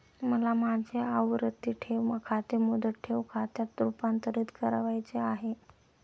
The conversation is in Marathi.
मला माझे आवर्ती ठेव खाते मुदत ठेव खात्यात रुपांतरीत करावयाचे आहे